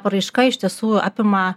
paraiška iš tiesų apima